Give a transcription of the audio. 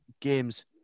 games